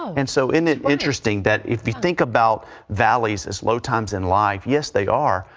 and so in that interesting that if you think about valleys a slow times in life, yes, they are.